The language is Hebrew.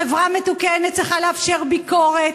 חברה מתוקנת צריכה לאפשר ביקורת.